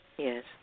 Yes